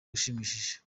ushimishije